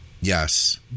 Yes